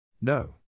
No